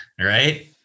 right